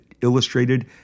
illustrated